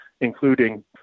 including